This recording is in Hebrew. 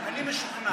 אני משוכנע.